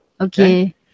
Okay